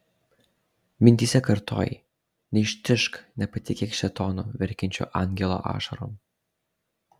mintyse kartojai neištižk nepatikėk šėtonu verkiančiu angelo ašarom